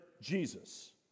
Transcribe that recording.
Jesus